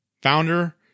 founder